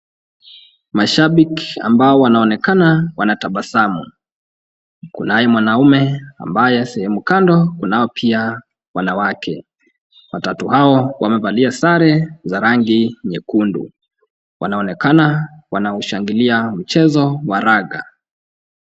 Mashabiki ambao wanaonekana wanatabasamu ,kunaye mwanamme ambaye sehemu kando kunao pia wanawake, watatu hao wamevalia sare za rangi nyekundu, wanaonekana wanaushangilia mchezo wa raga.